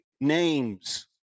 names